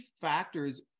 factors